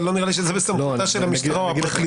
אבל לא נראה לי שזה בסמכותה של המשטרה או הפרקליטות.